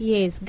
Yes